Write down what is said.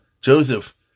Joseph